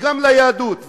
וגם ליהדות.